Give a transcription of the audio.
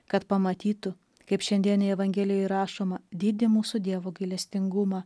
kad pamatytų kaip šiandienėj evangelijoj rašoma dydį mūsų dievo gailestingumą